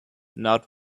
not